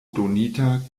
donita